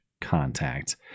contact